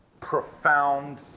profound